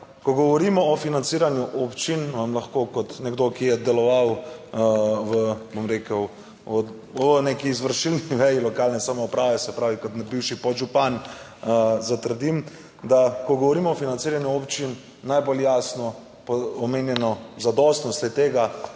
ko govorimo o financiranju občin vam lahko kot nekdo, ki je deloval v, bom rekel, o neki izvršilni veji lokalne samouprave, se pravi, kot bivši podžupan zatrdim, da ko govorimo o financiranju občin najbolj jasno omenjeno zadostnostle tega